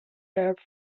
have